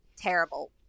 terrible